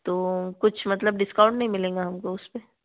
तो कुछ मतलब डिस्काउंट नहीं मिलेगा हमको उस पर